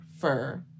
fur